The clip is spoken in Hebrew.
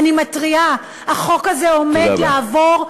אני מתריעה: החוק הזה עומד לעבור,